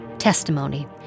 Testimony